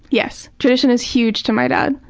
yes. tradition is huge to my dad.